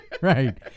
Right